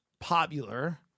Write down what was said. popular